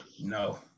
No